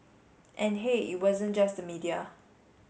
and hey it wasn't just the media